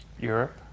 Europe